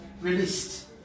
released